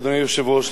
אדוני היושב-ראש,